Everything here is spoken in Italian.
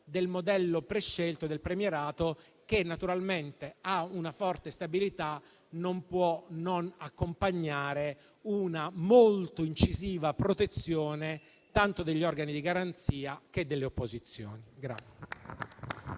del modello prescelto del premierato, che naturalmente a una forte stabilità non può non accompagnare una molto incisiva protezione tanto degli organi di garanzia che delle opposizioni.